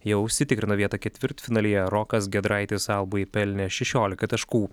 jau užsitikrino vietą ketvirtfinalyje rokas giedraitis albai pelnė šešiolika taškų